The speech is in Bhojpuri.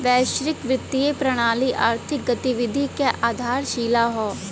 वैश्विक वित्तीय प्रणाली आर्थिक गतिविधि क आधारशिला हौ